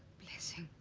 blessing?